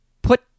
Put